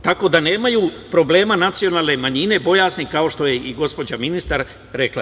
Tako da, nemaju problema nacionalne manjine i bojazni, kao što je i gospođa ministar rekla.